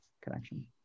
connection